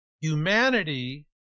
Humanity